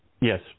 Yes